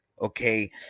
okay